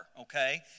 okay